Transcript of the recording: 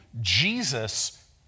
Jesus